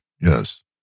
Yes